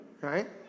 right